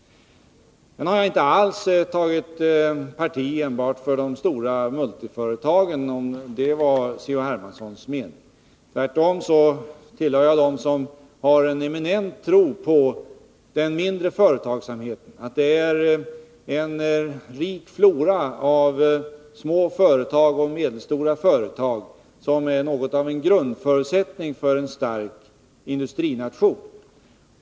Sedan har jag inte alls tagit parti enbart för de stora multiföretagen, om det var C.-H. Hermanssons intryck. Tvärtom tillhör jag dem som har en eminent tro på den mindre företagsamheten och på att en rik flora av små företag och medelstora företag är något av en grundförutsättning för en stark industrination.